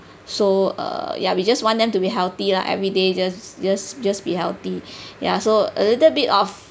so err ya we just want them to be healthy lah every day just just just be healthy ya so a little bit of